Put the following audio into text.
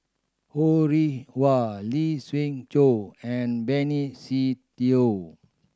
Ho Rih Hwa Lee Siew Choh and Benny Se Teo